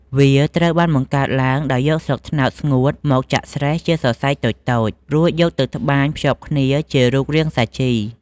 វាត្រូវបានបង្កើតឡើងដោយការយកស្លឹកត្នោតស្ងួតមកចាក់ស្រែះជាសរសៃតូចៗ រួចយកទៅត្បាញភ្ជាប់គ្នាជារូបរាងសាជី។